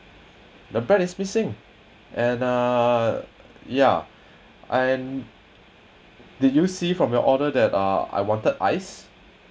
the bread is missing and uh ya and did you see from your order that uh I wanted ice